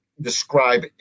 describe